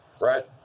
right